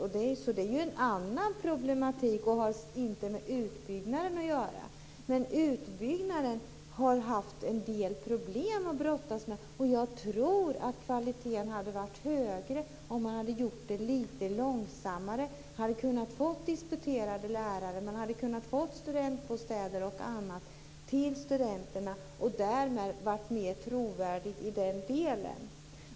Men det är en annan problematik som inte har med utbyggnaden att göra. Man har haft en del problem att brottas med i fråga om utbyggnaden. Jag tror att kvaliteten hade blivit högre om takten hade varit lite långsammare. Då hade man kunnat få disputerade lärare och studentbostäder för studenterna. Därmed hade man varit mer trovärdig i den delen.